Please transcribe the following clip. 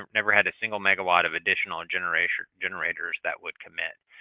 never had a single megawatt of additional and generators generators that would commit.